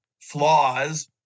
flaws